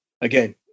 again